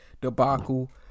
debacle